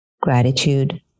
gratitude